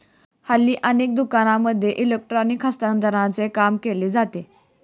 हल्ली अनेक दुकानांमध्ये इलेक्ट्रॉनिक हस्तांतरणाचे काम केले जाते